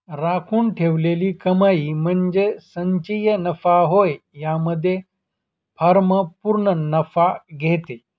राखून ठेवलेली कमाई म्हणजे संचयी नफा होय यामध्ये फर्म पूर्ण नफा घेते